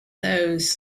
those